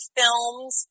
films